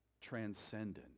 transcendent